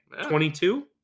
22